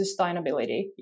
sustainability